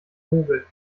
vogel